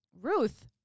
Ruth